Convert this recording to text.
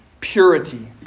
purity